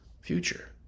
future